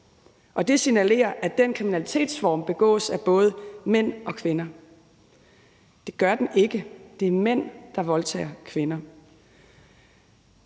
og det signalerer, at den kriminalitetsform begås af både mænd og kvinder. Det gør den ikke. Det er mænd, der voldtager kvinder.